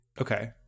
Okay